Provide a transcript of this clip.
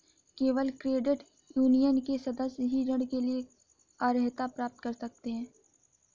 केवल credit union के सदस्य ही ऋण के लिए अर्हता प्राप्त कर सकते हैं